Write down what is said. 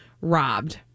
robbed